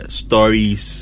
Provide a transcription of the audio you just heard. stories